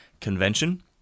Convention